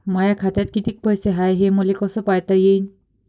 माया खात्यात कितीक पैसे हाय, हे मले कस पायता येईन?